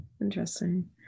Interesting